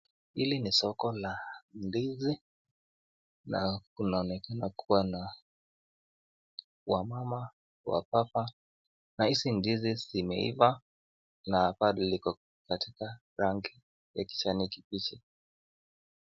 Hili ni solo la ndizi na linaonekana kuwa na wamama, wababa na hizi ndizi zimeiva na bado liko katika rangi ya kijanikibichi.